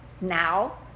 now